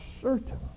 certain